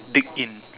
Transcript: dig in